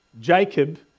Jacob